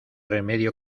remedio